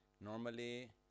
Normally